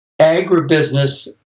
agribusiness